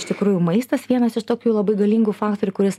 iš tikrųjų maistas vienas iš tokių labai galingų faktorių kuris